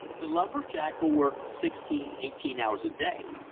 the lumber-jack will work sixteen, eighteen hours a day,